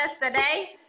today